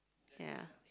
ya